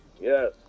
Yes